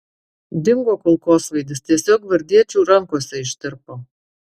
dingo kulkosvaidis tiesiog gvardiečių rankose ištirpo